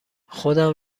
خودم